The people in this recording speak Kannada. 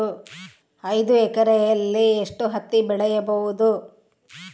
ಐದು ಎಕರೆಯಲ್ಲಿ ಎಷ್ಟು ಹತ್ತಿ ಬೆಳೆಯಬಹುದು?